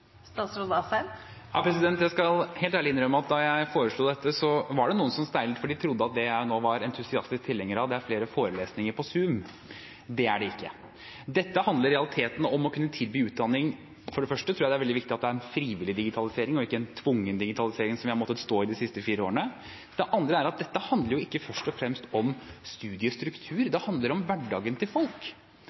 Jeg skal helt ærlig innrømme at da jeg foreslo dette, var det noen som steilet fordi de trodde at det jeg nå var entusiastisk tilhenger av, var flere forelesninger på Zoom. Det er det ikke. Dette handler i realiteten om å kunne tilby utdanning. For det første tror jeg det er veldig viktig at det er en frivillig digitalisering og ikke en tvungen digitalisering, som vi har måttet stå i de siste fire årene. Det andre er at dette handler ikke først og fremst om studiestruktur, det handler om hverdagen til folk.